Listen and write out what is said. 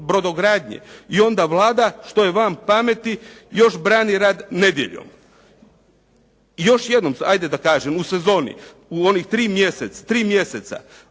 brodogradnje. I onda Vlada što je van pameti još brani rad nedjeljom. Još jednom, ajde da kažem, u sezoni, u onih tri mjeseca,